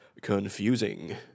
confusing